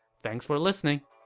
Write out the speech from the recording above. thanks for listening!